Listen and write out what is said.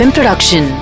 Production